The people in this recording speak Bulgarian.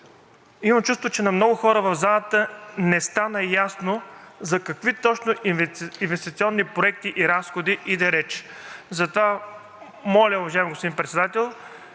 Имам чувството, че на много хора в залата не стана ясно за какви точно инвестиционни проекти и разходи иде реч. Затова моля, уважаеми господин Председател,